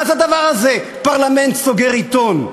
מה זה הדבר הזה, פרלמנט סוגר עיתון?